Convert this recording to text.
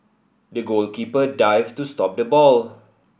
the goalkeeper dived to stop the ball